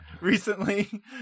recently